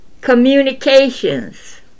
communications